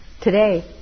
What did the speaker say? Today